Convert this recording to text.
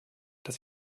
dass